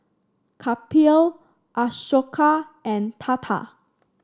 Kapil Ashoka and Tata